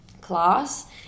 class